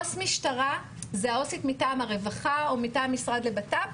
עו"ס משטרה זה העו"סית מטעם הרווחה או מטעם המשרד לבט"פ,